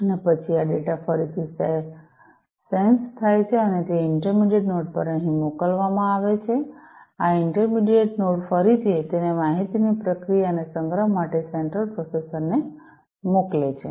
અને પછી આ ડેટા ફરીથી સેન્સ્ડ થાય છે અને તે ઇન્ટરમેડિયટ નોડ પર અહીં મોકલવામાં આવે છે આ ઇન્ટરમેડિયટ નોડ ફરીથી તેને માહિતીની પ્રક્રિયા અને સંગ્રહ માટે સેન્ટ્રલ પ્રોસેસર ને મોકલે છે